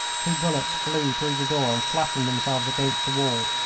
two bullets flew through the door and flattened themselves against the wall.